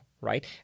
right